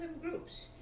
groups